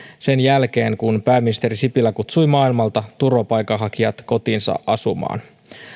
sen jälkeen kun pääministeri sipilä kutsui maailmalta turvapaikanhakijat kotiinsa asumaan